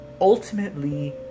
ultimately